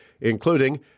including